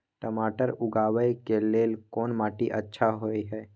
टमाटर उगाबै के लेल कोन माटी अच्छा होय है?